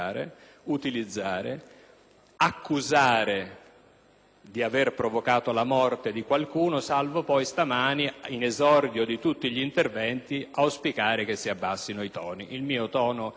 lanciata l'accusa di aver provocato la morte di qualcuno, salvo poi stamani, in esordio di tutti gli interventi, auspicare che si abbassino i toni. Il mio tono è abbastanza basso,